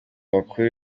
bakuru